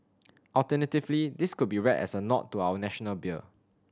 alternatively this could be read as a nod to our National beer